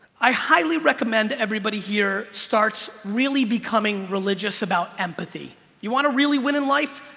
i highly recommend everybody here starts really becoming religious about empathy you want to really win in life?